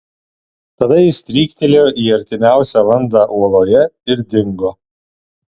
tada jis stryktelėjo į artimiausią landą uoloje ir dingo